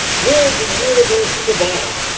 will the universe survive?